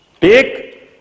Take